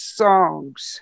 songs